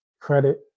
Credit